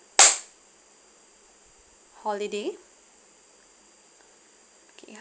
holiday okay